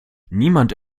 niemand